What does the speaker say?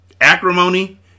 Acrimony